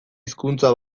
hizkuntza